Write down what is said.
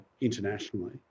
internationally